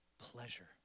pleasure